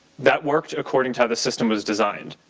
that worked according to how the system was designed.